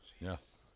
yes